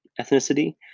ethnicity